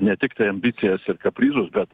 ne tiktai ambicijas ir kaprizus bet